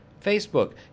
facebook